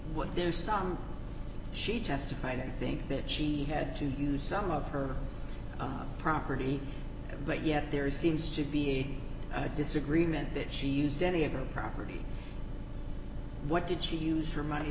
what their son she testified i think that she had to use some of her property but yet there seems to be a disagreement that she used any of her property what did she use her money